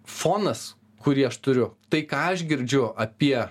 fonas kurį aš turiu tai ką aš girdžiu apie